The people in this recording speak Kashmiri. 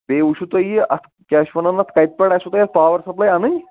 بیٚیہِ وُچھِو تُہۍ یہِ اَتھ کیٛاہ چھِ وَنان اَتھ کَتہِ پیٚٹھ آسِوٕ تۄہہِ اَتھ پاوَر سَپلے اَنٕنۍ